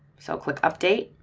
so click update,